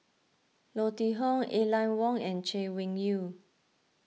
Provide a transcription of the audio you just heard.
Leo Tee Hong Aline Wong and Chay Weng Yew